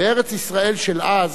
בארץ-ישראל של אז